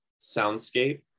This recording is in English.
soundscape